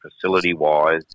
facility-wise